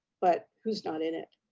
but who's not in it.